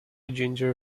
ginger